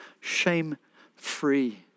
shame-free